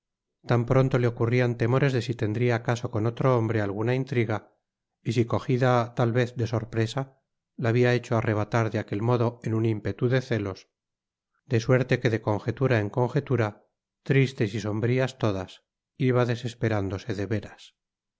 tan pronto le ocurrian temores de si tendria acaso con otro hombre alguna intriga y si cojida tal vez de sorpresa la habria hecho arrebatar de aquel modo en un impetu de celos de suerte que de conjetura en conjetura tristes y sombrias todas iba desesperándose de veras